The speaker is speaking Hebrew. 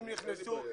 אין לי בעיה עם זה.